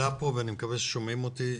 עלה פה ואני מקווה ששומעים אותי.